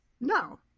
No